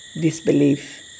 disbelief